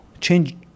change